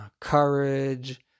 courage